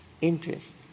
interest